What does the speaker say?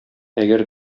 әгәр